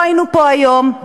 לא היינו פה היום.